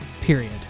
period